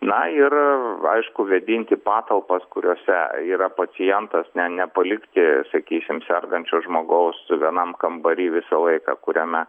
na ir aišku vėdinti patalpas kuriose yra pacientas ne nepalikti sakysim sergančio žmogaus vienam kambary visą laiką kuriame